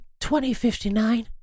2059